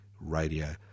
radio